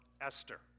Esther